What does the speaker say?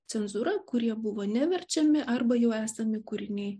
cenzūra kurie buvo neverčiami arba jų esami kūriniai